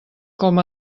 com